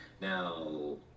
now